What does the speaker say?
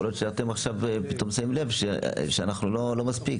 יכול להיות שאתם פתאום שמים לב לכך שזה לא מספיק.